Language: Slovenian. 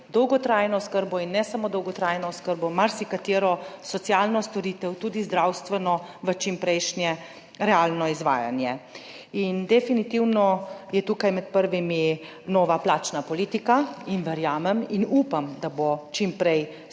in tudi spravili ne samo dolgotrajne oskrbe, marsikatero socialno storitev, tudi zdravstveno, v čimprejšnje realno izvajanje. Definitivno je tukaj med prvimi nova plačna politika in verjamem in upam, da bo čim prej